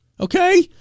Okay